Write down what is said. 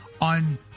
on